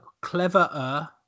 cleverer